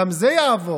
גם זה יעבור.